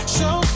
Show